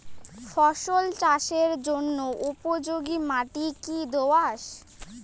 ফসল চাষের জন্য উপযোগি মাটি কী দোআঁশ?